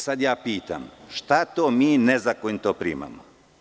Sada je pitam – šta to mi nezakonito primamo?